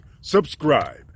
subscribe